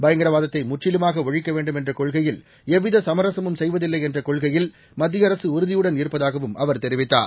பயங்கரவாதத்தை முற்றிலுமாக ஒழிக்க வேண்டும் என்ற கொள்கையில் எவ்வித சமரசமும் செய்வதில்லை என்ற கொள்கையில் மத்திய அரசு உறுதியுடன் இருப்பதாகவும் அவர் தெரிவித்தார்